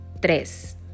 Tres